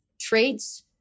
traits